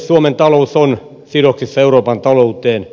suomen talous on sidoksissa euroopan talouteen